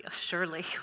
surely